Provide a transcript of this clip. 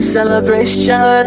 Celebration